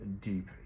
deep